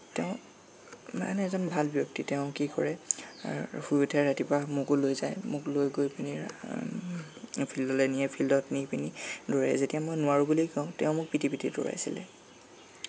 তেওঁ ইমানে এজন ভাল ব্যক্তি তেওঁ কি কৰে শুই উঠে ৰাতিপুৱা মোকো লৈ যায় মোক লৈ গৈ পিনি ফিল্ডলৈ নিয়ে ফিল্ডত নি পিনি দৌৰাই যেতিয়া মই নোৱাৰো বুলি কওঁ তেওঁ মোক পিতি পিতি দৌৰাইছিলে